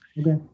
okay